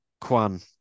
Kwan